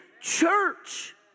church